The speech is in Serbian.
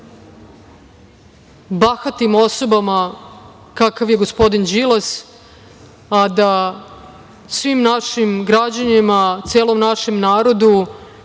bahatim osobama, kakav je gospodin Đilas, a da svim našim građanima, celom našem narodu,